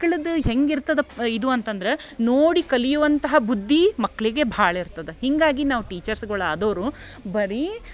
ಮಕ್ಳುದು ಹೆಂಗೆ ಇರ್ತದಪ್ ಇದು ಅಂತಂದ್ರೆ ನೋಡಿ ಕಲಿಯುವಂತಹ ಬುದ್ಧಿ ಮಕ್ಳಿಗೆ ಭಾಳ ಇರ್ತದ ಹೀಗಾಗಿ ನಾವು ಟೀಚರ್ಸ್ಗಳು ಆದವರು ಬರೀ